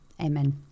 Amen